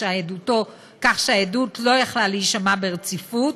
כך שהעדות לא יכלה להישמע ברציפות,